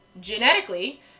genetically